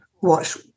watch